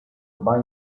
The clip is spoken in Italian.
bye